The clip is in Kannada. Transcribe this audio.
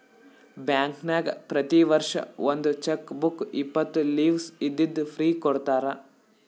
ಬ್ಯಾಂಕ್ನಾಗ್ ಪ್ರತಿ ವರ್ಷ ಒಂದ್ ಚೆಕ್ ಬುಕ್ ಇಪ್ಪತ್ತು ಲೀವ್ಸ್ ಇದ್ದಿದ್ದು ಫ್ರೀ ಕೊಡ್ತಾರ